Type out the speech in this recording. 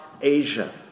Asia